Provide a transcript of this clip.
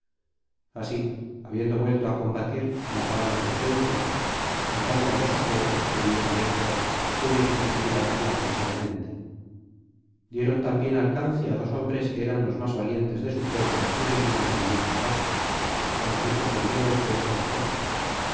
así habiendo vuelto á combatir mataban á los teucros en tanto los aqueos que huían de héctor pudieron respirar placentera dieron también alcance á dos hombres que eran los más valientes de su pueblo y venían en un mismo carro á los hijos de mérope